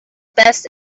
best